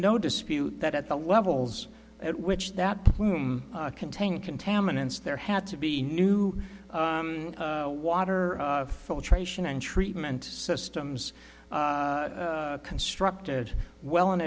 no dispute that at the levels at which that contain contaminants there had to be new water filtration and treatment systems constructed well in